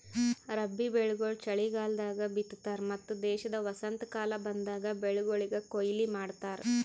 ರಬ್ಬಿ ಬೆಳಿಗೊಳ್ ಚಲಿಗಾಲದಾಗ್ ಬಿತ್ತತಾರ್ ಮತ್ತ ದೇಶದ ವಸಂತಕಾಲ ಬಂದಾಗ್ ಬೆಳಿಗೊಳಿಗ್ ಕೊಯ್ಲಿ ಮಾಡ್ತಾರ್